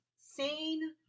sane